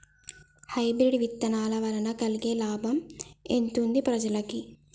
Hybrid విత్తనాల వలన కలిగే లాభం ఎంతుంది ప్రజలకి?